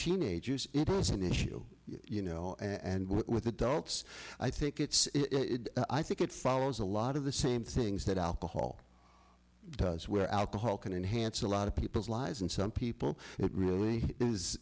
teenagers an issue you know and with adults i think it's i think it follows a lot of the same things that alcohol does where alcohol can enhance a lot of people's lives and some people it really is